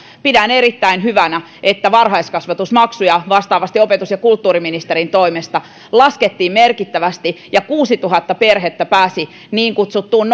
pidän erittäin hyvänä että varhaiskasvatusmaksuja vastaavasti opetus ja kulttuuriministerin toimesta laskettiin merkittävästi ja kuusituhatta perhettä pääsi niin kutsuttuun